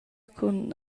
cun